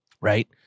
right